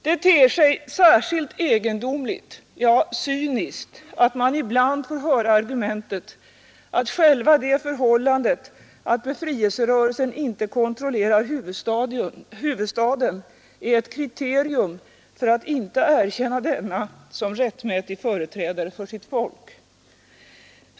Det ter sig särskilt egendomligt, ja cyniskt, att man ibland får höra argumentet att själva det förhållandet att befrielserörelsen inte kontrolle rar huvudstaden är ett kriterium för att inte erkänna denna som rättmätig företrädare för sitt folk.